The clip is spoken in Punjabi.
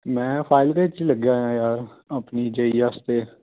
ਮੈਂ ਫਾਈਲ ਦੇ ਵਿੱਚ ਲੱਗਿਆ ਹੋਇਆਂ ਯਾਰ ਆਪਣੀ ਜੇਈ ਵਾਸਤੇ